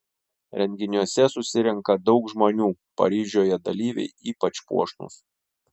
renginiuose susirenka daug žmonių paryžiuje dalyviai ypač puošnūs